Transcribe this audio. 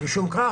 משום כך,